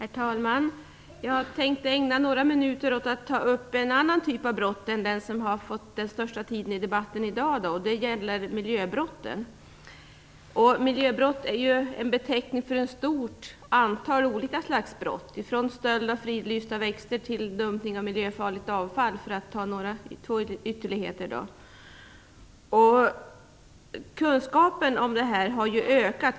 Herr talman! Jag tänkte ägna några minuter åt att ta upp en annan typ av brott än de som har fått den största delen av debattiden i dag. Det gäller miljöbrott. Miljöbrott är en beteckning på ett stort antal olika slags brott. Det gäller alltifrån stöld av fridlysta växter till dumping av miljöfarligt avfall - för att ta två ytterligheter som exempel.